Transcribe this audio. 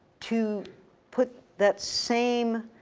to put that same